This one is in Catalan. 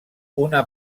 una